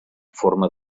forma